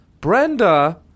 Brenda